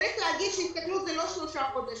צריך להגיד שהסתכלות זה לא שלושה חודשים.